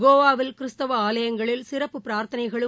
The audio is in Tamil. கோவாவில் கிறிஸ்துவ ஆலயங்களில் சிறப்பு பிரார்த்தனைகளும்